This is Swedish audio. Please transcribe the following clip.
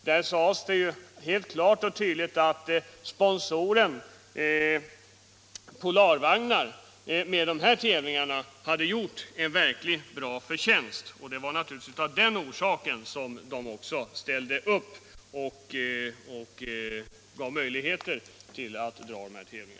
Där sades det helt klart och tydligt att sponsorn, Polarvagnen, hade gjort en verkligt bra vinst genom de här tävlingarna. Det var naturligtvis av den orsaken som företaget ställde upp och gav möjligheter att hålla tävlingarna.